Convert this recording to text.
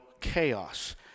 chaos